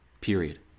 Period